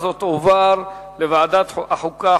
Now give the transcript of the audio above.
לוועדת החוקה,